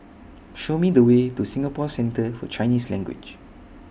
Show Me The Way to Singapore Centre For Chinese Language